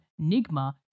Nigma